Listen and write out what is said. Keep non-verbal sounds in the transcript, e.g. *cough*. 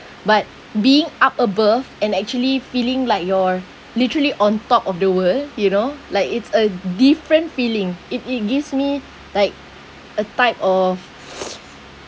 but being up above and actually feeling like you're literally on top of the world you know like it's a different feeling it it gives me like a type of *noise*